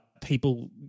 people